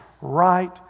right